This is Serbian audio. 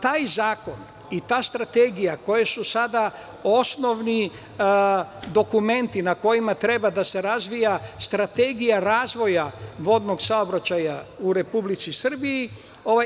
Taj zakon i ta Strategija su sada osnovni dokumenti na kojima treba da se razvija Strategija razvoja vodnog saobraćaja u Republici Srbiji.